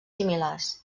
similars